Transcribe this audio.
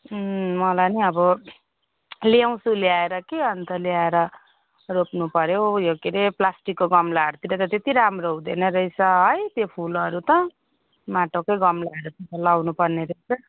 मलाई नि अब ल्याउँछु ल्याएर के अनि त ल्याएर रोप्नुपर्यो यो के रे प्लास्टिकको गमलाहरूतिर त त्यति राम्रो हुँदैन रहेछ है त्यो फुलहरू त माटोकै गमलाहरूमा लाउनुपर्ने रहेछ